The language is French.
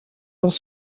dans